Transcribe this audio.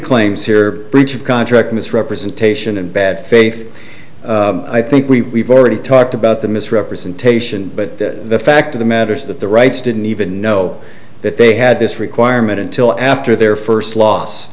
claims here breach of contract misrepresentation and bad faith i think we already talked about the misrepresentation but the fact of the matter is that the rights didn't even know that they had this requirement until after their first loss